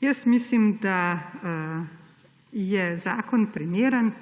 Jaz mislim, da je zakon primeren